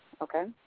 Okay